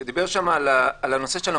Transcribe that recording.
והוא דיבר שם על נושא המפקח.